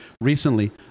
recently